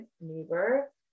neighbor